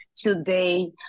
Today